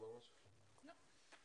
אני